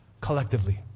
collectively